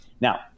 Now